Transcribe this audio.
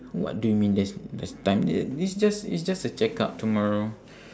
what do you mean there's there's time t~ it's just it's just a check up tomorrow